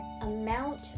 amount